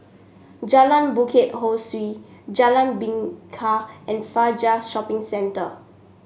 Jalan Bukit Ho Swee Jalan Bingka and Fajar Shopping Centre